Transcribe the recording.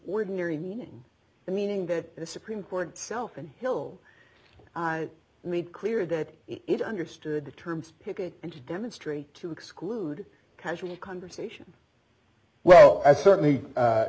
ordinary meaning the meaning that the supreme court itself and hill made clear that it understood the terms picket and to demonstrate to exclude casual conversation well i certainly